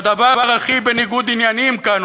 והדבר שהוא הכי בניגוד עניינים כאן,